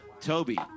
Toby